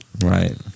Right